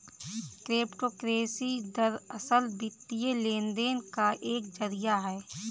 crypto currency दरअसल, वित्तीय लेन देन का एक जरिया है